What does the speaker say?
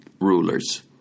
rulers